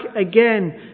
again